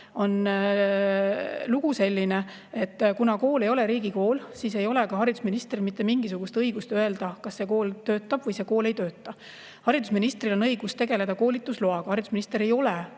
on lugu selline, et kuna kool ei ole riigikool, siis ei ole ka haridusministril mitte mingisugust õigust öelda, kas see kool töötab või see kool ei tööta. Haridusministril on õigus tegeleda koolitusloaga. Haridusminister ei ole